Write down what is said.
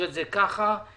אבל